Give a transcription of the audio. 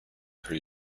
her